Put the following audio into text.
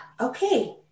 Okay